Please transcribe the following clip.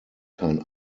kein